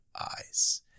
eyes